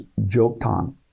Joktan